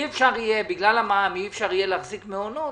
בגלל המע"מ אי אפשר יהיה להחזיק מעונות,